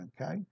okay